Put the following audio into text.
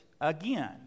again